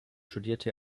studierte